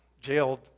jailed